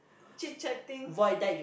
chit chatting